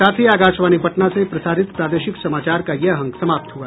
इसके साथ ही आकाशवाणी पटना से प्रसारित प्रादेशिक समाचार का ये अंक समाप्त हुआ